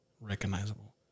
recognizable